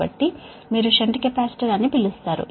కాబట్టి మీరు shunt capacitor అని పిలుస్తారు